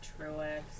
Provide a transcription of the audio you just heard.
Truex